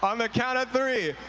um the count of three.